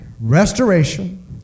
restoration